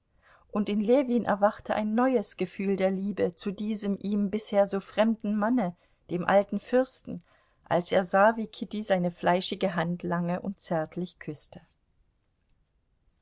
und in ljewin erwachte ein neues gefühl der liebe zu diesem ihm bisher so fremden manne dem alten fürsten als er sah wie kitty seine fleischige hand lange und zärtlich küßte